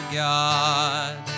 god